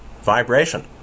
vibration